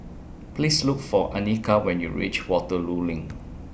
Please Look For Annika when YOU REACH Waterloo LINK